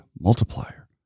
multiplier